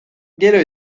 gero